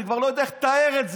אני כבר לא יודע איך לתאר את זה.